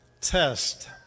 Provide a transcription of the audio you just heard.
test